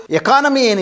economy